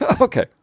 Okay